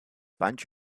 bunch